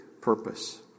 purpose